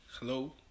hello